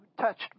touched